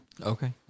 Okay